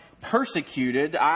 persecuted